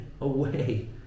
away